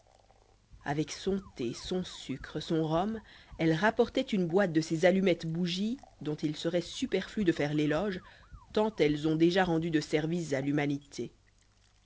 avec son thé son sucre son rhum elle rapportait une boite de ces allumettes bougies dont il serait superflu de faire l'éloge tant elles ont déjà rendu de services à l'humanité